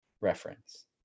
reference